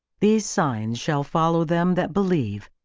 these signs shall follow them that believe.